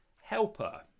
helper